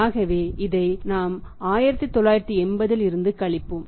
ஆகவே இதை 1980 இல் இருந்து கழிப்போம்